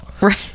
Right